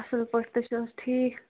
اصٕل پٲٹھۍ تۄہہِ چھِو حظ ٹھیٖک